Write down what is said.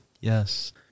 Yes